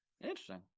Interesting